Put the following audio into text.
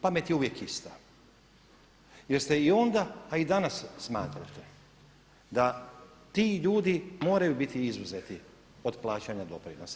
Pamet je uvijek ista jer ste i onda, a i danas smatrate da ti ljudi moraju biti izuzeti od plaćanja doprinosa.